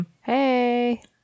Hey